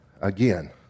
again